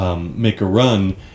make-a-run